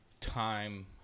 time